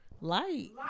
Light